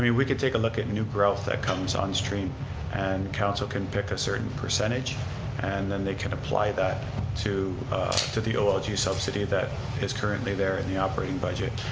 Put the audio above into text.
we we could take a look at new growth that comes on stream and council can pick a certain percentage and then they can apply that to to the olg subsidy that is currently there in the operating budget.